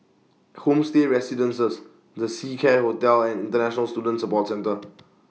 Homestay Residences The Seacare Hotel and International Student Support Centre